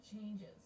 changes